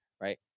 right